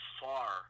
far